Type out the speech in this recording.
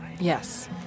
Yes